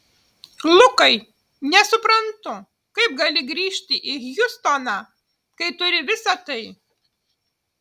lukai nesuprantu kaip gali grįžti į hjustoną kai turi visa tai